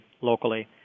locally